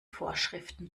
vorschriften